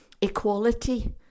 equality